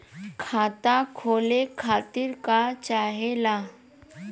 खाता खोले खातीर का चाहे ला?